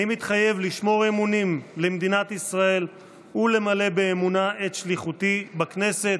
אני מתחייב לשמור אמונים למדינת ישראל ולמלא באמונה את שליחותי בכנסת.